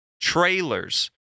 trailers